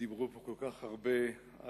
דיברו פה כל כך הרבה על